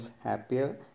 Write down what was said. happier